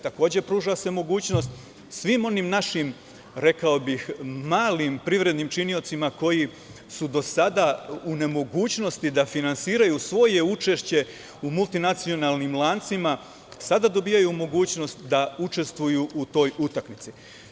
Takođe, pruža se mogućnost svim onim našim, rekao bih, malim privrednim činiocima, koji su do sada u nemogućnosti da finansiraju svoje učešće u multinacionalnim lancima, sada dobijaju mogućnost da učestvuju u toj utakmici.